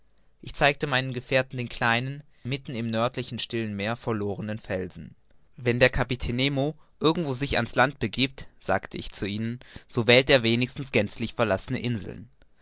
ich zeigte meinen gefährten den kleinen mitten im nördlichen stillen meer verlorenen felsen wenn der kapitän nemo irgendwo sich an's land begiebt sagte ich zu ihnen so wählt er wenigstens gänzlich verlassene inseln